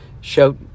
show